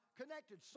connected